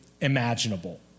imaginable